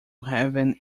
having